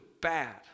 bad